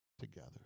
together